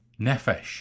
nefesh